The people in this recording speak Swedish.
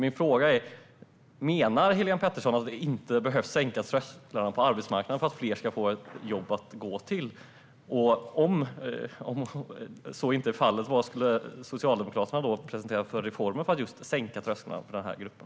Min fråga är: Menar Helén Pettersson att vi inte behöver sänka trösklarna på arbetsmarknaden för att fler ska få ett jobb att gå till? Om så inte är fallet: Vad skulle Socialdemokraterna presentera för reformer för att sänka trösklarna för dessa grupper?